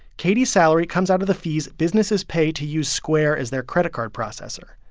katie's salary comes out of the fees businesses pay to use square as their credit card processor.